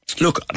look